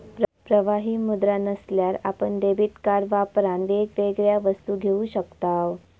प्रवाही मुद्रा नसल्यार आपण डेबीट कार्ड वापरान वेगवेगळ्या वस्तू घेऊ शकताव